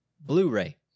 Blu-ray